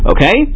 Okay